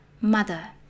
Mother